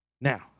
Now